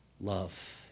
love